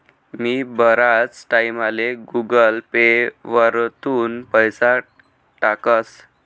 मी बराच टाईमले Google Pay वरथून पैसा टाकस